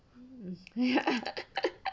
ya